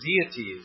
deities